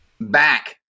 back